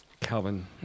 Calvin